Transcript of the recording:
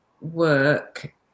work